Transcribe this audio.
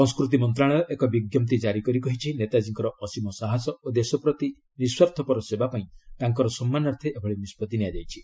ସଂସ୍କୃତି ମନ୍ତ୍ରଣାଳୟ ଏକ ବିଜ୍ଞପ୍ତି ଜାରି କରି କହିଛି ନେତାକୀଙ୍କର ଅସୀମ ସାହସ ଓ ଦେଶପ୍ରତି ନିଶ୍ୱାଃର୍ଥପର ସେବା ପାଇଁ ତାଙ୍କର ସମ୍ମାନାର୍ଥେ ଏଭଳି ନିଷ୍ପଭି ନିଆଯାଇଛି